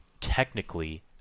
technically